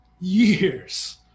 years